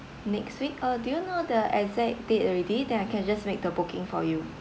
next week uh do you know the exact date already then I can just make the booking for you